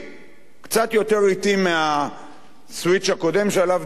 קצת יותר אטי מהסוויץ' הקודם שעליו דיברתי,